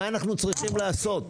מה אנחנו צריכים לעשות?